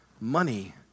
Money